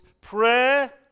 prayer